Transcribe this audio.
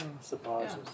surprises